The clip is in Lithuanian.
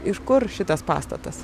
iš kur šitas pastatas